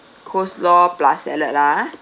coleslaw plus salad lah